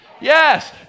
Yes